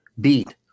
beat